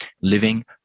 living